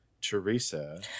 Teresa